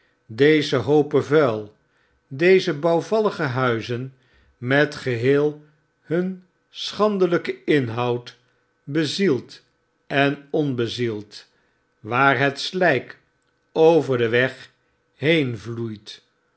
deze hopen vuil deze bouwvallige huizen met geheel hun schandelyken inhoud bezield en onbezield waar het slyk over den weg heenvloeit